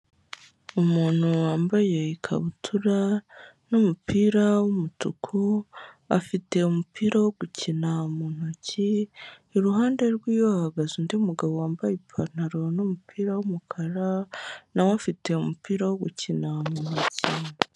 Umuntu wambaye ikabutura n'umupira w'umutuku afite umupira wo gukina mu ntoki, iruhande rwe hahagaze undi mugabo wambaye ipantaro n'umupira w'umukara, nawe afite umupira wo gukina muntoki.